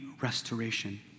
restoration